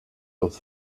los